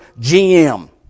GM